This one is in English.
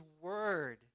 word